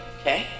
okay